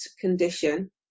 condition